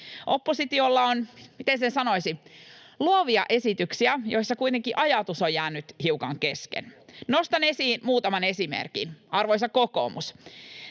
sanoisi, luovia esityksiä, joissa kuitenkin ajatus on jäänyt hiukan kesken. Nostan esiin muutaman esimerkin: Arvoisa kokoomus,